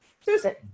Susan